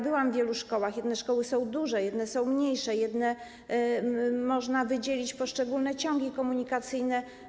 Byłam w wielu szkołach, jedne szkoły są duże, inne są mniejsze, w niektórych można wydzielić poszczególne ciągi komunikacyjne.